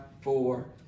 four